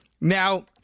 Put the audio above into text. Now